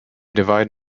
divide